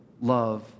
love